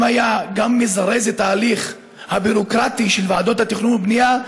אם היה גם מזרז את ההליך הביורוקרטי של ועדות התכנון והבנייה,